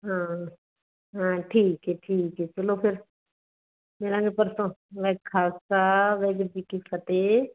ਹਾਂ ਹਾਂ ਠੀਕ ਏ ਠੀਕ ਏ ਚਲੋ ਫਿਰ ਮਿਲਾਂਗੇ ਪਰਸੋਂ ਵਾਹਿ ਖਾਲਸਾ ਵਾਹਿਗੁਰੂ ਜੀ ਕੀ ਫਤਿਹ